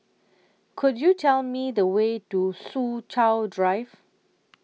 Could YOU Tell Me The Way to Soo Chow Drive